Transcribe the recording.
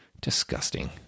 Disgusting